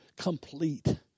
complete